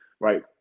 right